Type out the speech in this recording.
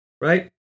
right